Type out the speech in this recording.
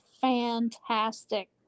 fantastic